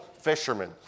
fishermen